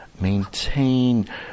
maintain